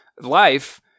life